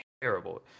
terrible